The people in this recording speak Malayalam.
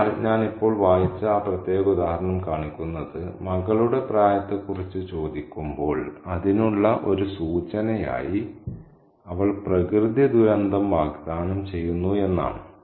അതിനാൽ ഞാൻ ഇപ്പോൾ വായിച്ച ആ പ്രത്യേക ഉദാഹരണം കാണിക്കുന്നത് മകളുടെ പ്രായത്തെക്കുറിച്ച് ചോദിക്കുമ്പോൾ അതിനുള്ള ഒരു സൂചനയായി അവൾ പ്രകൃതിദുരന്തം വാഗ്ദാനം ചെയ്യുന്നു എന്നാണ്